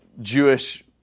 Jewish